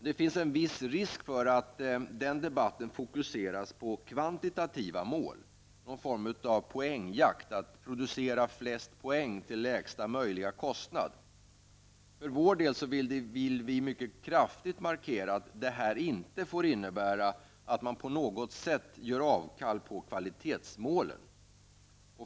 Det finns en viss risk för att den debatten fokuseras på kvantitativa mål, på någon form av poängjakt -- att producera flest poäng till lägsta möjliga kostnad. För vår del vill vi mycket kraftigt markera att detta inte får innebära att man på något sätt gör avkall på kvalitetsmålet.